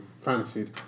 fancied